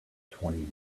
twenty